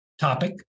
topic